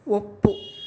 ಒಪ್ಪು